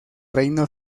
reino